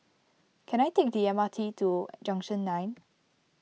can I take the M R T to Junction nine